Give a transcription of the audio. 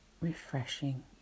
Refreshing